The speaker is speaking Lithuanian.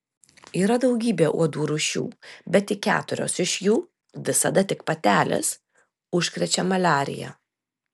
yra daugybė uodų rūšių bet tik keturios iš jų visada tik patelės užkrečia maliarija